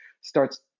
starts